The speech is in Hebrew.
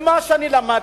ממה שאני למדתי,